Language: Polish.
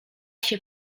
się